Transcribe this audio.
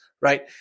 right